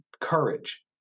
courage